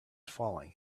falling